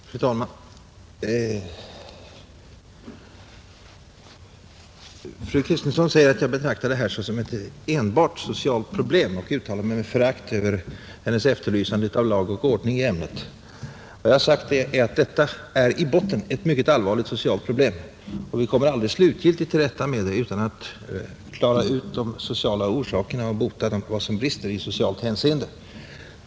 Fru talman! Fru Kristensson säger att jag betraktar det här såsom enbart ett socialt problem och uttalar mig med förakt om hennes efterlysande av lag och ordning på området. Vad jag har sagt är att detta är i botten ett mycket allvarligt socialt problem, och vi kommer aldrig slutgiltigt till rätta med det utan att klara ut de sociala orsakerna och bota vad som brister i socialt hänseende.